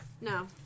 No